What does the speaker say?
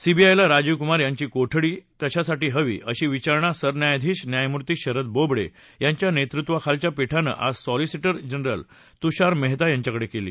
सीबीआयला राजीव कुमार यांची कोठडी कशासाठी हवी अशी विचारणा सरन्यायाधीश न्यायमूर्ती शरद बोबडे यांच्या नेतृत्वाखालच्या पीठानं आज सॉलीस्टिर जनरल तुषार मेहता यांच्याकडे केली